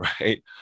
right